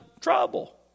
trouble